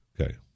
okay